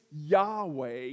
Yahweh